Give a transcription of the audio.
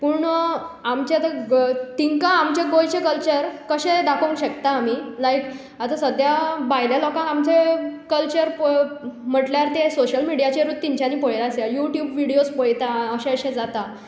पूण आमचें आतां गो तिंका आमचें गोंयचें कल्चर कशें दाखोवंक शकता आमी लायक आतां सद्या भायल्या लोकांक आमचें कल्चर प म्हणल्यार ते सोशल मिडियाचेरूच तांच्यांनी पळयलां आसतेलें यू ट्यूब विडिओस पळयता अशे अशे जाता